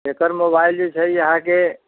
एकर mobile जे छै अहाँकेँ